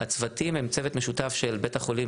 הצוותים הם צוות משותף של בית החולים,